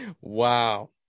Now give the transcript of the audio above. Wow